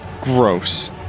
Gross